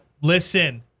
listen